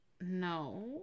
No